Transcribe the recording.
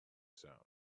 sound